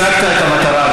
השגת את המטרה,